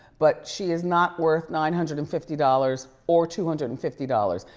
but she is not worth nine hundred and fifty dollars or two hundred and fifty dollars.